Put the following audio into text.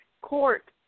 court